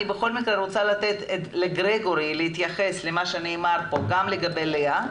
אני רוצה לתת לגרגורי להתייחס למה שנאמר פה גם לגבי לאה,